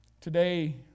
Today